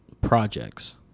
projects